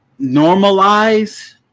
normalize